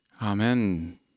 Amen